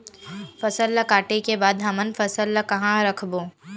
फसल ला काटे के बाद हमन फसल ल कहां रखबो?